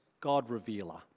God-revealer